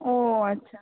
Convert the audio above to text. ও আচ্ছা